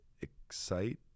excite